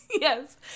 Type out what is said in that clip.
Yes